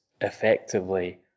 effectively